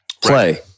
Play